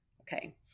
okay